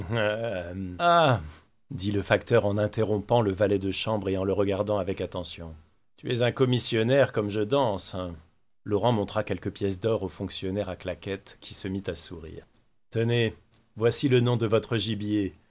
dit le facteur en interrompant le valet de chambre et le regardant avec attention tu es un commissionnaire comme je danse laurent montra quelques pièces d'or au fonctionnaire à claquette qui se mit à sourire tenez voici le nom de votre gibier